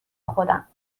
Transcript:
خودم